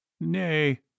Nay